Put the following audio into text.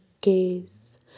gaze